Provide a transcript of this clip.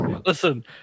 listen